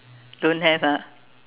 don't have ah